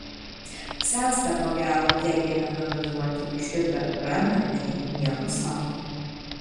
sensta ko gero jei ėmė fantazuoti ištirpę brangakmeniai nieko sau